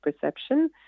perception